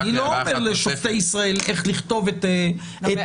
אני לא אומר לשופטי ישראל איך לכתוב את החלטותיהם.